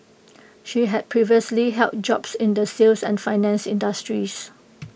she had previously held jobs in the sales and finance industries